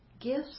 gifts